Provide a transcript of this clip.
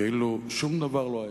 כאילו שום דבר לא היה.